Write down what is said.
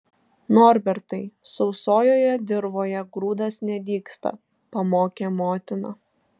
norbertai sausojoje dirvoje grūdas nedygsta pamokė motina